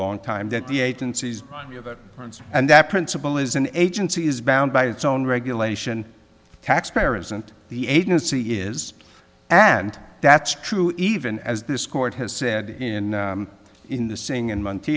long time that the agencies and that principle is an agency is bound by its own regulation taxpayer isn't the agency is and that's true even as this court has said in in the saying